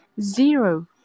zero